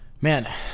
man